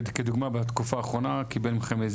כדוגמה בתקופה האחרונה קיבל מכם,